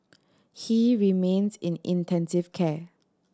he remains in intensive care